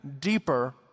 deeper